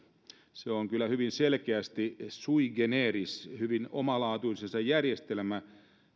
se on kyllä hyvin selkeästi sui generis hyvin omalaatuisensa järjestelmä